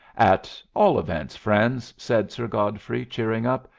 at all events, friends, said sir godfrey, cheering up,